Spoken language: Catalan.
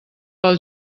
pel